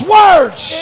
words